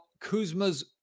Kuzma's